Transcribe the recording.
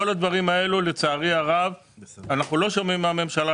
כל הדברים האלו לצערי הרב אנחנו לא שומעים מהממשלה,